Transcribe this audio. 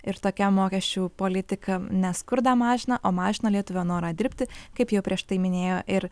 ir tokia mokesčių politika ne skurdą mažina o mažina lietuvio norą dirbti kaip jau prieš tai minėjo ir